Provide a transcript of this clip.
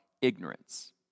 ignorance